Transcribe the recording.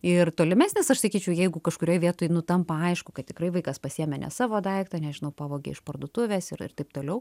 ir tolimesnis aš sakyčiau jeigu kažkurioj vietoj nu tampa aišku kad tikrai vaikas pasiėmė ne savo daiktą nežinau pavogė iš parduotuvės ir ir taip toliau